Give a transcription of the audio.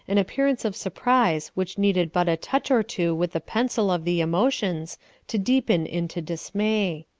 an appearance of surprise which needed but a touch or two with the pencil of the emotions to deepen into dismay.